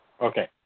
Okay